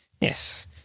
Yes